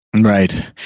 right